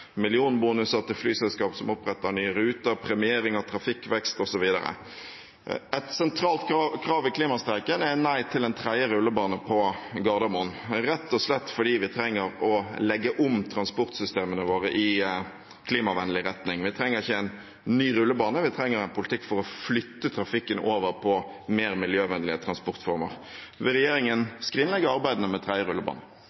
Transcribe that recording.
millionbonuser til flyselskap som oppretter nye ruter, premiering av trafikkvekst osv. Et sentralt krav i klimastreiken er nei til en tredje rullebane på Gardermoen, rett og slett fordi vi trenger å legge om transportsystemene våre i klimavennlig retning. Vi trenger ikke en ny rullebane, vi trenger en politikk for å flytte trafikken over på mer miljøvennlige transportformer.